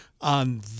on